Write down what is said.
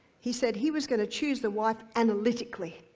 he said, he was gonna choose the wife analytically